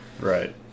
Right